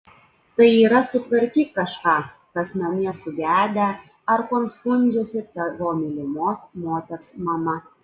tai yra sutvarkyk kažką kas namie sugedę ar kuom skundžiasi tavo mylimos moters mama